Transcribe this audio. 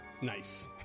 Nice